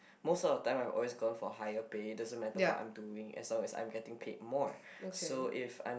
most of the time I always go for higher pay doesn't matter what I'm doing as long I'm getting paid more so if I'm